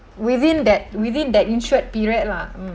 within that within that insured period lah mm